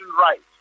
right